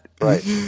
Right